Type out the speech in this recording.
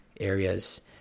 areas